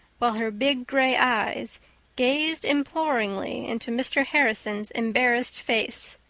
while her big gray eyes gazed imploringly into mr. harrison's embarrassed face.